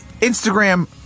Instagram